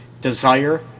desire